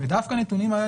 ודווקא הנתונים האלה,